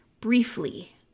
briefly